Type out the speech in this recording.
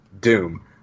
Doom